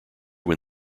when